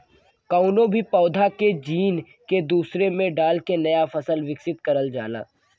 कउनो भी पौधा के जीन के दूसरे में डाल के नया फसल विकसित करल जाला